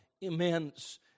immense